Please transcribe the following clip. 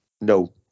No